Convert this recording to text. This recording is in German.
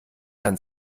dann